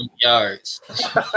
yards